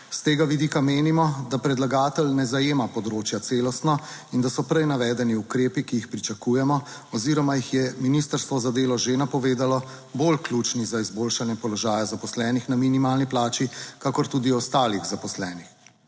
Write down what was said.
S tega vidika menimo, da predlagatelj ne zajema področja celostno, in da so prej navedeni ukrepi, ki jih pričakujemo oziroma jih je Ministrstvo za delo že napovedalo, bolj ključni za izboljšanje položaja zaposlenih na minimalni plači, kakor tudi ostalih zaposlenih.